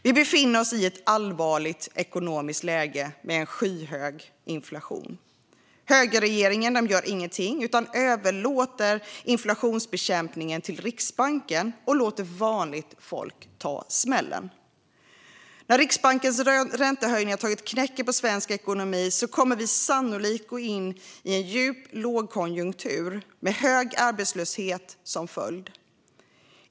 Vi befinner oss i ett allvarligt ekonomiskt läge med skyhög inflation. Högerregeringen gör ingenting utan överlåter inflationsbekämpningen till Riksbanken och låter vanligt folk ta smällen. När Riksbankens räntehöjningar tagit knäcken på svensk ekonomi kommer vi sannolikt att gå in i en djup lågkonjunktur med hög arbetslöshet som följd.